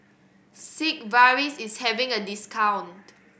sigvaris is having a discount